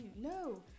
No